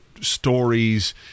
stories